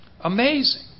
Amazing